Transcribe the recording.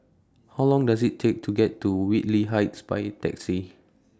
How Long Does IT Take to get to Whitley Heights By Taxi